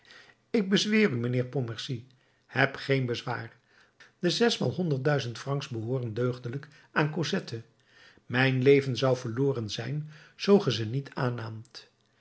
ik bezweer u mijnheer pontmercy heb geen bezwaar de zesmaal honderd duizend francs behooren deugdelijk aan cosette mijn leven zou verloren zijn zoo gij ze niet aannaamt